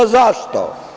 Zašto?